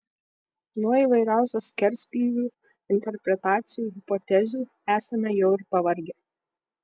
nuo įvairiausių skerspjūvių interpretacijų hipotezių esame jau ir pavargę